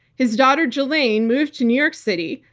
his daughter, ghislaine moved to new york city,